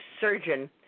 surgeon